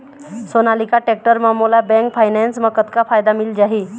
Sonalika tractor म मोला bank finance म कतक फायदा मिल जाही?